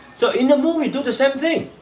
so in the movie do the same thing.